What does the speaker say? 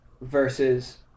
Versus